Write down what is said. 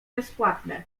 bezpłatne